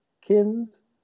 Kins